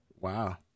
Wow